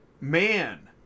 man